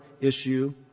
issue